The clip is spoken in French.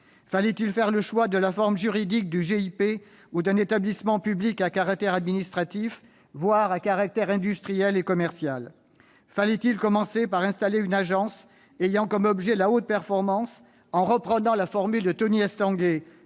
Fallait-il faire le choix de la forme juridique du GIP, d'un établissement public à caractère administratif, voire d'un établissement public à caractère industriel et commercial ? Fallait-il commencer par installer une agence ayant comme objet la haute performance, en reprenant la formule de Tony Estanguet-